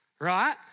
right